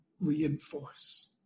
reinforce